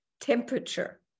temperature